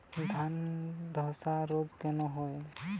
ধানে ধসা রোগ কেন হয়?